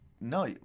No